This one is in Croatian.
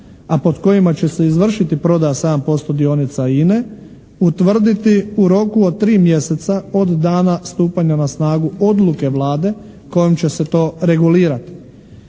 a pod kojima će se izvršiti prodaja 7% dionica INA-e utvrditi u roku od 3 mjeseca od dana stupanja na snagu odluke Vlade kojom će se to regulirati.